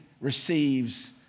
receives